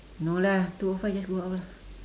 no lah two O five just go out lah